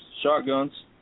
shotguns